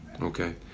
Okay